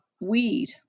weed